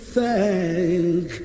thank